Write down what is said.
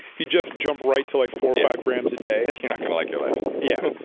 if you just jump right to like four, five grams a day you're not going to like your life yeah.